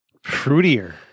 fruitier